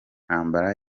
ntambara